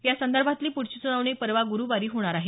यासंदर्भातली पुढची सुनावणी परवा गुरुवारी होणार आहे